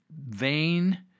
vain